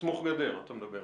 סמוך גדר, אתה מדבר.